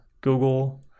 Google